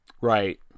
Right